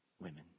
women